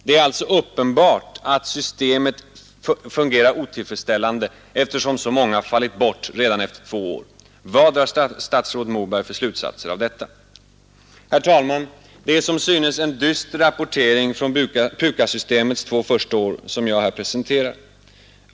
Det är alltså uppenbart att systemet fungerar otillfredsställande, eftersom så många fallit bort redan efter två år. Vad drar statsrådet för slutsatser av detta? Herr talman! Det är som synes en dyster rapportering från PUKAS systemets två första år som jag har presenterat.